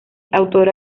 autora